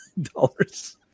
dollars